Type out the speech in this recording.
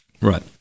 Right